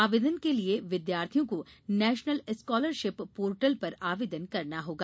आवेदन के लिए विद्यार्थियों को नेशनल स्कॉलरशिप पोर्टल पर आवेदन करना होगा